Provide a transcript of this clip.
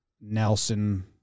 Nelson